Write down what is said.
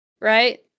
right